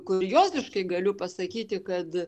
kurioziškai galiu pasakyti kad